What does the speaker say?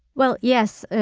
well, yes,